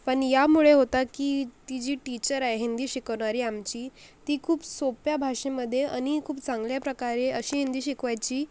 पण यामुळे होता की ती जी टीचर आहे हिंदी शिकवणारी आमची ती खूप सोप्या भाषेमध्ये आणि खूप चांगल्याप्रकारे अशी हिंदी शिकवायची